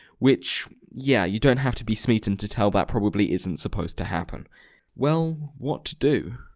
which. yeah, you don't have to be smeaton to tell that probably isn't supposed to happen well. what to do?